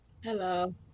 Hello